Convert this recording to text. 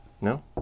No